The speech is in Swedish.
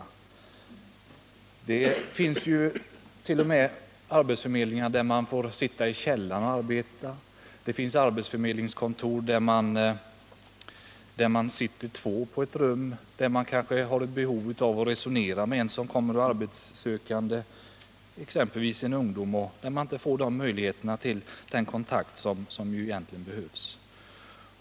Det förekommer t.o.m. att man får sitta i källaren och arbeta på vissa förmedlingskontor. På en del kontor delar två tjänstemän på samma rum, trots att de ofta har behov av att resonera enskilt med arbetssökande, exempelvis ungdomar, för att få möjlighet till den kontakt som egentligen behövs.